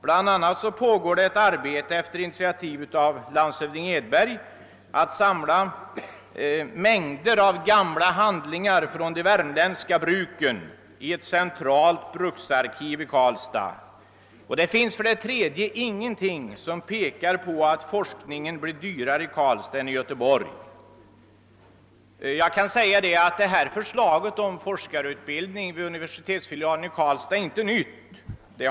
Bl.a. pågår ett arbete på initiativ av landshövding Edberg att samla mängder av gamla handlingar från de värmländska bruken i ett centralt bruksarkiv i Karlstad. För det tredje finns det ingenting som pekar på att forskningen blir dyrare i Karlstad än i Göteborg. Förslaget om forskarutbildning vid universitetsfilialen i Karlstad är inte nytt.